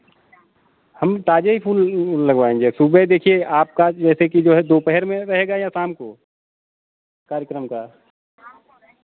हम ताज़े ही फूल लगवाएंगे सुबह देखिए आपका जैसे कि जो है दोपहर में रहेगा या शाम को कार्यक्रम का